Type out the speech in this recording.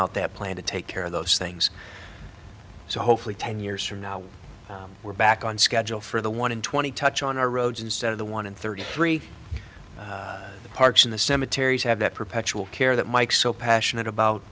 out that plan to take care of those things so hopefully ten years from now we're back on schedule for the one in twenty touch on our roads instead of the one in thirty three the parks in the cemeteries have that perpetual care that mike so passionate about